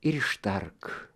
ir ištark